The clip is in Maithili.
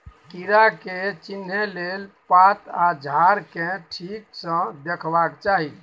कीड़ा के चिन्हे लेल पात आ झाड़ केँ ठीक सँ देखबाक चाहीं